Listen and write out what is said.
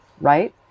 right